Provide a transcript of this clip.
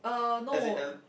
as in